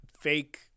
fake